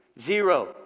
Zero